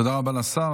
תודה רבה לשר.